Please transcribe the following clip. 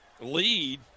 lead